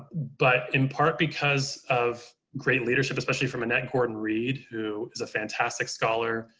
but in part because of great leadership, especially from annette gordon reed, who is a fantastic scholar,